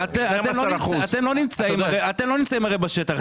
אתם לא נמצאים בשטח.